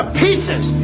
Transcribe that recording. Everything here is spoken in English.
pieces